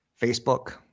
Facebook